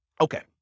okay